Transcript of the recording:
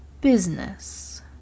business